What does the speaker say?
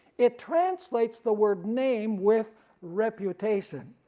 it translates the word name with reputation,